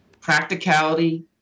practicality